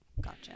Gotcha